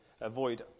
Avoid